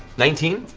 nineteen?